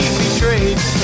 betrayed